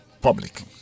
public